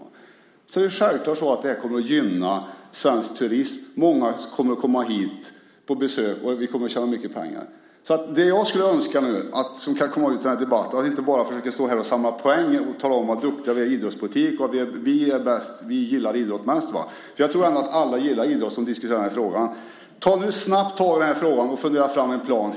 Sedan kommer det här självklart att gynna svensk turism. Många kommer att komma hit på besök, och vi kommer att tjäna mycket pengar. Det jag nu önskar kan komma ut av den här debatten är att man inte bara försöker stå här och samla poäng och tala om vad duktig man är i idrottspolitik: Vi är bäst. Vi gillar idrott mest. Jag tror ändå att alla gillar idrott som diskuterar den här frågan. Ta nu snabbt tag i den här frågan och fundera fram en plan!